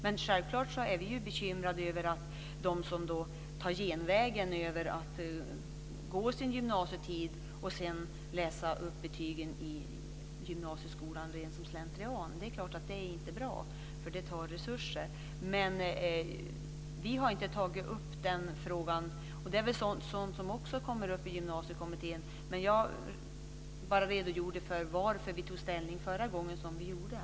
Men självfallet är vi bekymrade över de som tar genvägen, som går sin gymnasietid och sedan läser upp betygen i gymnasieskolan som ren slentrian. Det är klart att det inte är bra. Det tar resurser. Vi har inte tagit upp den frågan. Det är väl sådant som också kommer upp i Gymnasiekommittén. Jag redogjorde bara för varför vi tog ställning som vi gjorde förra gången.